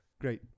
Great